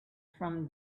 from